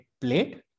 plate